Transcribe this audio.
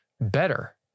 better